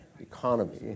economy